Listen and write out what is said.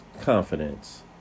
Confidence